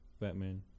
Batman